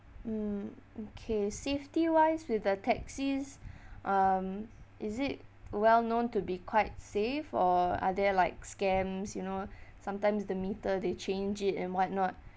mm okay safety wise with the taxis um is it well known to be quite safe or are there like scams you know sometimes the meter they change it and what not